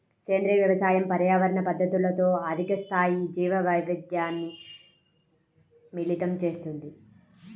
సేంద్రీయ వ్యవసాయం పర్యావరణ పద్ధతులతో అధిక స్థాయి జీవవైవిధ్యాన్ని మిళితం చేస్తుంది